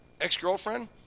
ex-girlfriend